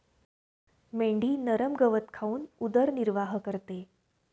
मेंढी नरम गवत खाऊन उदरनिर्वाह करते